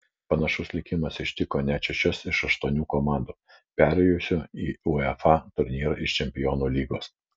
panašus likimas ištiko net šešias iš aštuonių komandų perėjusių į uefa turnyrą iš čempionų lygos